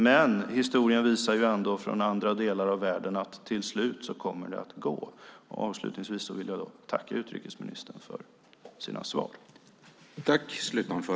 Men historien visar ändå från andra delar av världen att det till slut kommer att gå. Avslutningsvis vill jag tacka utrikesministern för hans svar.